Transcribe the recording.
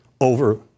over